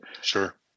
Sure